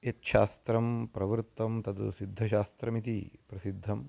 यच्छास्त्रं प्रवृत्तं तत् सिद्धशास्त्रमिति प्रसिद्धं